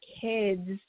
kids